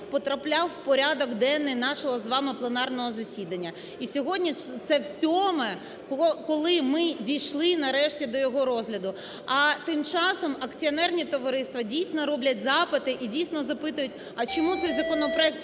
потрапляв в порядок денний нашого з вами пленарного засідання і сьогодні це всьоме, коли ми дійшли нарешті до його розгляду. А тим часом акціонерні товариства дійсно роблять запити і дійсно запитують: а чому цей законопроект